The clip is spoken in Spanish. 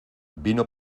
vino